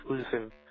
exclusive